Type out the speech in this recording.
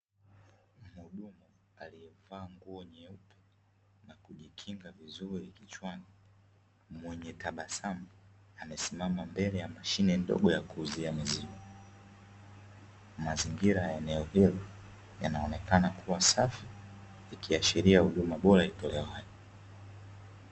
Mhudumu aliyevaa nguo nyeupe na kujikinga vizuri kichwani, mwenye tabasamu, amesimama mbele ya mashine ndogo ya kuuzia maziwa. Mazingira ya eneo hilo, yanaonekana kuwa safi, ikiashiria huduma bora itolewayo.